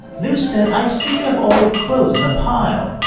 lou said, i see you have all your clothes in a pile.